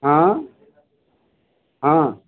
हाँ हाँ